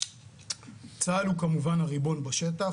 צה"ל כמובן הוא הריבון בשטח,